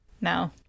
No